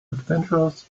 adventures